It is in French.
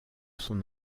son